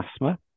asthma